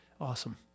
awesome